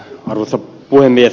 arvoisa puhemies